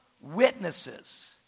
witnesses